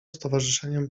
stowarzyszeniem